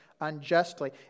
unjustly